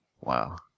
Wow